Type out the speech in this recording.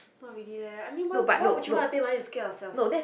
not really leh I mean why why would you want to pay money to scare yourself